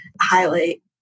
highlight